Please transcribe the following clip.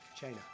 China